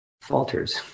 falters